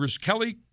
Kelly